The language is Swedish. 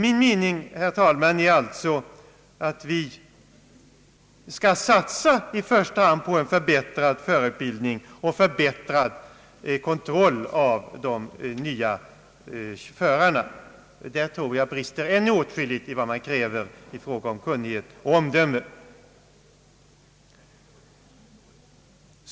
Min mening, herr talman, är alltså att vi i första hand bör satsa på en förbättrad förarutbildning och en förbättrad kontroll vid körkortsprövningen. På denna punkt tror jag att det ännu brister åtskilligt i vad man kräver i fråga om kunnighet och omdöme.